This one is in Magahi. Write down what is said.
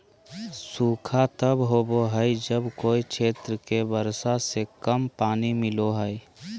सूखा तब होबो हइ जब कोय क्षेत्र के वर्षा से कम पानी मिलो हइ